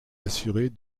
assurée